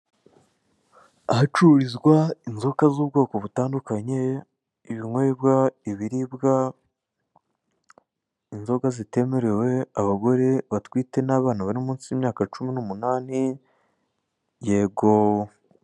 Ahacururizwa inzoga z'ubwoko butandukanye ibinywebwa ibiribwa inzoga zitemerewe abagore batwite n'abana bari munsi y'imyaka cumi n'umunani yego.